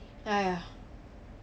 !aiya!